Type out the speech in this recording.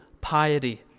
piety